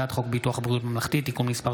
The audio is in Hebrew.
הצעת חוק ביטוח בריאות ממלכתי (תיקון מס'